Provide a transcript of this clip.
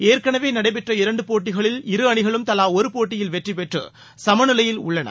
ஏற்கனவே நடைபெற்ற இரண்டு போட்டிகளில் இரு அணிகள் தலா ஒரு போட்டியில் வெற்றி பெற்று சமநிலையில் உள்ளன